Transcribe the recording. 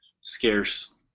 scarce